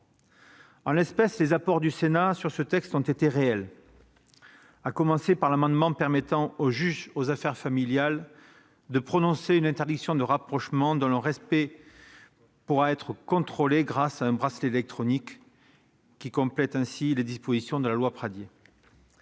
En l'espèce, les apports du Sénat ont été réels, à commencer par l'amendement permettant au juge aux affaires familiales de prononcer une interdiction de rapprochement, dont le respect pourra être contrôlé grâce à un bracelet électronique- cette mesure complète les dispositions de la loi Pradié.